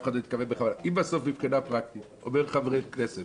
אם בסוף מבחינה פרקטית אומר חבר הכנסת